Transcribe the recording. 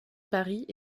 paris